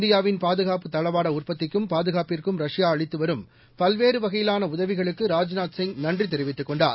இந்தியாவின் பாதுகாப்பு தளவாட உற்பத்திக்கும் பாதுகாப்பிற்கும் ரஷ்யா அளித்து வரும் பல்வேறு வகையிலான உதவிகளுக்கு ராஜ்நாத் சிங் நன்றி தெரிவித்துக் கொண்டார்